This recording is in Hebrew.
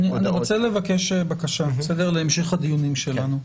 אני רוצה לבקש בקשה להמשך הדיונים שלנו.